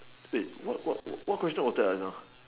wait what what what question was that ah just now